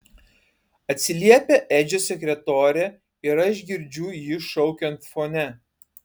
atsiliepia edžio sekretorė ir aš girdžiu jį šaukiant fone